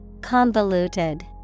Convoluted